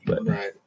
Right